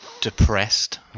depressed